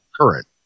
current